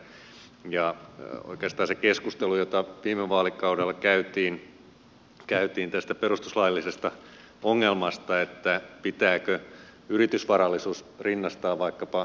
oikeastaan siihen keskusteluun viitaten jota viime vaalikaudella käytiin tästä perustuslaillisesta ongelmasta pitääkö yritysvarallisuus rinnastaa vaikkapa